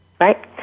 Right